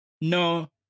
no